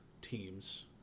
teams